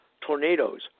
tornadoes